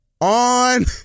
on